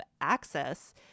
access